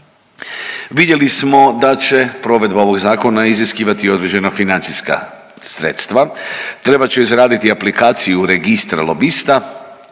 Vidjeli smo da će provedba ovog zakona iziskivati određena financijska sredstva, trebat će izraditi aplikaciju registra lobista,